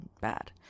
bad